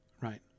right